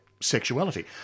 sexuality